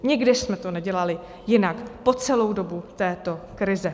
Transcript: Nikdy jsme to nedělali jinak po celou dobu této krize.